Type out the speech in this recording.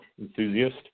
enthusiast